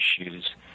issues